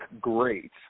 great